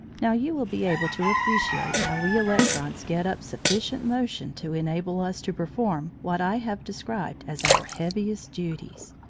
now you will be able to appreciate how we electrons get up sufficient motion to enable us to perform what i have described as our heaviest duties.